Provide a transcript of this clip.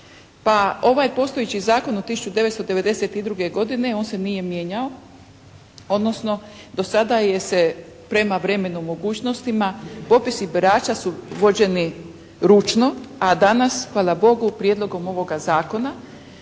Pa ovaj postojeći zakon od 1992. godine on se nije mijenjao, odnosno do sada se je prema vremenu i mogućnostima popisi birača su vođeni ručno a danas hvala Bogu prijedlogom ovoga zakona